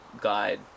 guide